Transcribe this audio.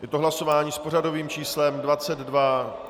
Je to hlasování s pořadovým číslem 22.